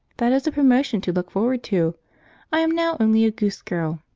that is a promotion to look forward to i am now only a goose girl.